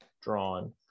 drawn